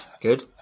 Good